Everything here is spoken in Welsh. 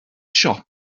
siop